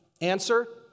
Answer